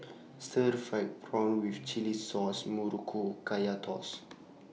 Stir Fried Prawn with Chili Sauce Muruku and Kaya Toast